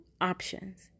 options